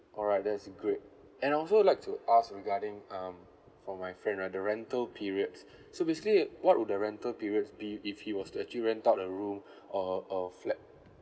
alright that's great and I also would like to ask regarding um for my friend lah the rental periods so basically what would the rental periods be if he was to actually rent out the room or or flat